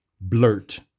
blurt